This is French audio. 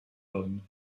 bonnes